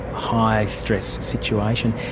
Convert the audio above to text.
high-stress situation.